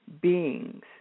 beings